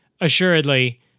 assuredly